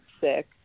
sick